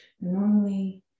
Normally